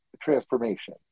transformation